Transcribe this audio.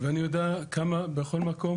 ואין כלום.